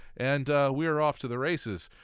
and we were off to the races.